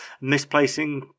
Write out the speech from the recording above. misplacing